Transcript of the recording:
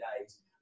days